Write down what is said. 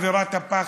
ניצור אווירת פחד.